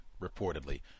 reportedly